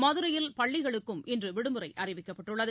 மதுரையில் பள்ளிகளுக்கு இன்றுவிடுமுறைஅறிவிக்கப்பட்டுள்ளது